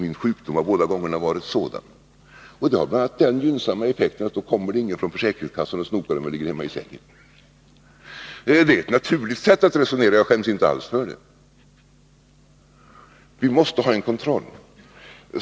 Min sjukdom har båda gångerna varit sådan att det har gått bra. Det har bl.a. den gynnsamma effekten att det då inte kommer någon från försäkringskassan och snokar för att kontrollera om jag ligger hemma i sängen. Det är ett naturligt sätt att resonera, och jag skäms inte alls för det. Vi måste ha en kontroll.